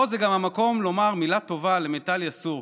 פה זה גם המקום לומר מילה טובה למיטל יסעור,